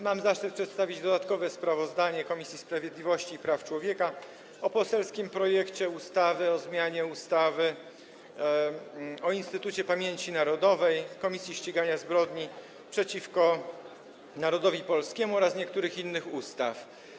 Mam zaszczyt przedstawić dodatkowe sprawozdanie Komisji Sprawiedliwości i Praw Człowieka o poselskim projekcie ustawy o zmianie ustawy o Instytucie Pamięci Narodowej - Komisji Ścigania Zbrodni przeciwko Narodowi Polskiemu oraz niektórych innych ustaw.